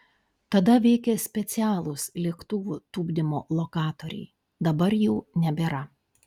tada veikė specialūs lėktuvų tupdymo lokatoriai dabar jų nebėra